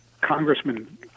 Congressman